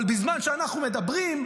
אבל בזמן שאנחנו מדברים,